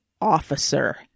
officer